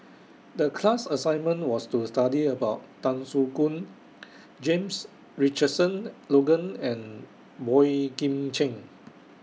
The class assignment was to study about Tan Soo Khoon James Richardson Logan and Boey Kim Cheng